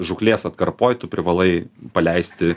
žūklės atkarpoj tu privalai paleisti